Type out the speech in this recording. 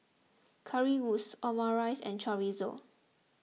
Currywurst Omurice and Chorizo